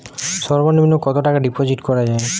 সর্ব নিম্ন কতটাকা ডিপোজিট করা য়ায়?